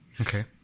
Okay